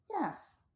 Yes